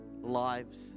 lives